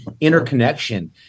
interconnection